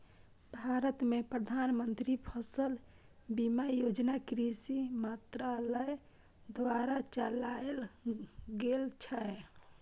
भारत मे प्रधानमंत्री फसल बीमा योजना कृषि मंत्रालय द्वारा चलाएल गेल छै